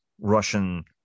Russian